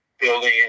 Building